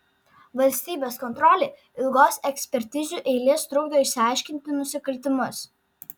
valstybės kontrolė ilgos ekspertizių eilės trukdo išaiškinti nusikaltimus